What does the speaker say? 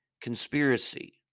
conspiracy